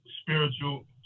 spiritual